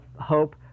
hope